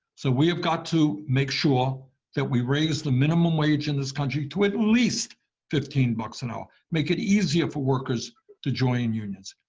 so we have got to make sure that we raise the minimum wage in this country to at least fifteen bucks an hour, make it easier for workers to join unions.